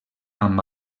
amb